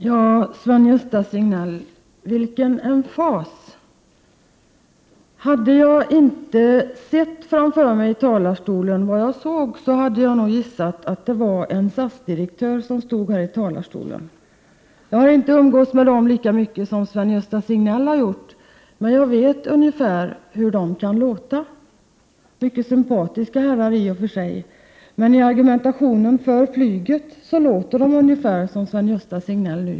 Herr talman! Vilken emfas, Sven-Gösta Signell! Hade jag inte sett den jag såg i talarstolen, hade jag gissat att det var en SAS-direktör, som höll ett anförande. Jag har inte umgåtts med SAS-direktörer lika mycket som Sven-Gösta Signell har gjort, men jag vet ungefär hur de kan låta — i och för sig mycket sympatiska herrar, men deras argument för flyget är ungefär desamma som Sven-Gösta Signells.